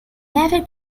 never